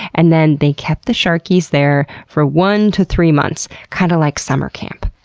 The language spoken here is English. and then they kept the sharkies there for one to three months, kinda like summer camp.